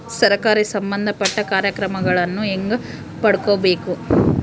ಸರಕಾರಿ ಸಂಬಂಧಪಟ್ಟ ಕಾರ್ಯಕ್ರಮಗಳನ್ನು ಹೆಂಗ ಪಡ್ಕೊಬೇಕು?